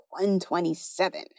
127